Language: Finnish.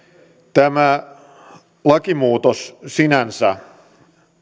tämä lakimuutos sinänsä